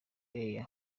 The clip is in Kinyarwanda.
air